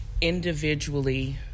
individually